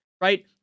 right